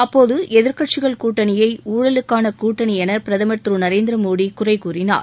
அப்போது எதிர்க்கட்சிகள் கூட்டணியை ஊழலுக்காள கூட்டணி என பிரதமர் திரு நரேந்திரமோடி குறை கூறினார்